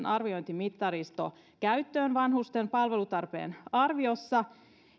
arviointimittaristo käyttöön vanhusten palvelutarpeen arviossa